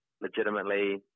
legitimately